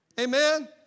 Amen